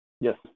Yes